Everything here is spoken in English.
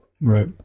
Right